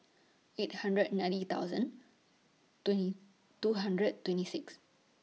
eight hundred ninety thousand twenty two hundred twenty six